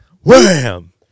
wham